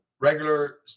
regular